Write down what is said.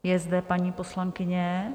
Je zde paní poslankyně?